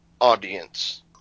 audience